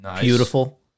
Beautiful